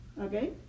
okay